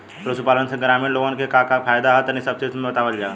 पशुपालन से ग्रामीण लोगन के का का फायदा ह तनि संक्षिप्त में बतावल जा?